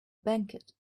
banquet